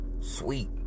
Sweet